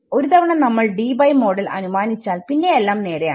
ഒരു തവണ നമ്മൾ ഡീബൈ മോഡൽ അനുമാനിച്ചാൽ പിന്നെ എല്ലാം നേരെയാണ്